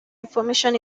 information